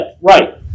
right